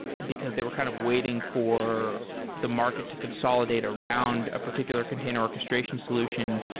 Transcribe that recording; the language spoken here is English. because they were kind of waiting for the market to consolidate around a particular container orches tration solution.